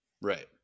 Right